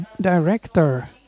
director